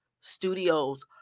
Studios